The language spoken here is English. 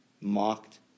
mocked